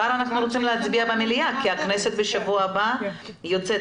מחר אנחנו רוצים להצביע במליאה כי הכנסת בשבוע הבא בפגרה.